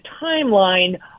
timeline